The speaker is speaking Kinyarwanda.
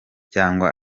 cyangwa